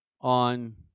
on